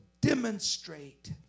demonstrate